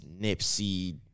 Nipsey